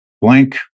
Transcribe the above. blank